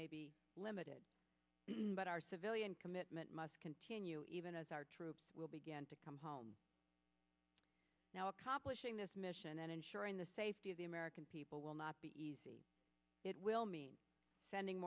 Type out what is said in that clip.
may be limited but our civilian commitment must continue even as our troops will begin to come home now accomplishing this mission and ensuring the safety of the american people will not be easy it will mean sending